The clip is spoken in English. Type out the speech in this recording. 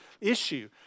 issue